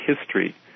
history